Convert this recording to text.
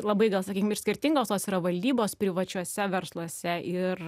labai gal sakykim ir skirtingos tos yra valdybos privačiuose versluose ir